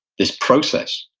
this process,